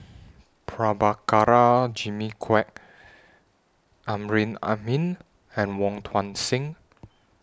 Prabhakara Jimmy Quek Amrin Amin and Wong Tuang Seng